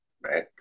right